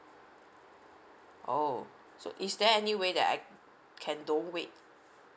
oh so is there any way that I can don't wait